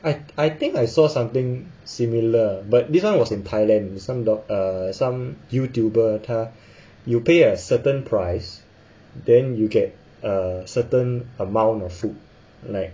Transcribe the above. I I think I saw something similar but this one was in thailand some doc uh some youtuber 他 you pay a certain price then you get a certain amount of food like